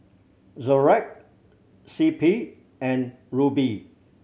Xorex C P and Rubi